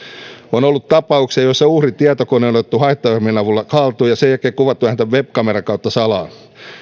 on ollut tapauksia joissa uhrin tietokone on otettu haittaohjelmien avulla haltuun ja sen jälkeen on kuvattu häntä web kameran kautta salaa